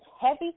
heavy